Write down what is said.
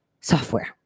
Software